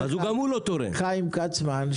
חיים כצמן,